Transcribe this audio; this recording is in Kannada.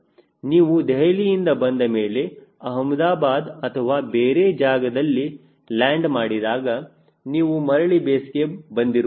ನೀವು ದೆಹಲಿಯಿಂದ ಬಂದಮೇಲೆ ಅಹಮದಾಬಾದ್ ಅಥವಾ ಬೇರೆ ಜಾಗದಲ್ಲಿ ಲ್ಯಾಂಡ್ ಮಾಡಿದಾಗ ನೀವು ಮರಳಿ ಬೇಸ್ಗೆ ಬಂದಿರುವುದಿಲ್ಲ